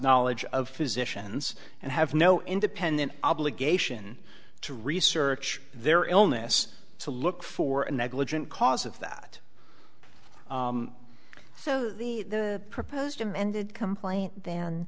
knowledge of physicians and have no independent obligation to research their illness to look for a negligent cause of that so the proposed amended complaint then